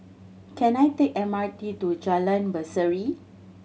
can I take M R T to Jalan Berseri